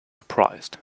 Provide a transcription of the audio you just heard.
surprised